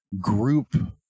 group